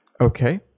Okay